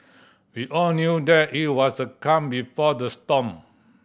we all knew that it was the calm before the storm